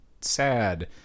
sad